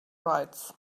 rights